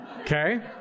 Okay